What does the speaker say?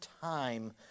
time